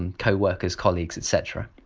and co-workers, colleagues etc.